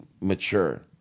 mature